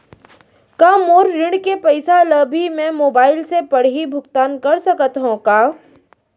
का मोर ऋण के पइसा ल भी मैं मोबाइल से पड़ही भुगतान कर सकत हो का?